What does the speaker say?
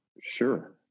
Sure